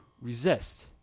resist